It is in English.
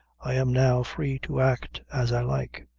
i am now free to act as i like.